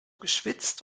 geschwitzt